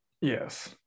yes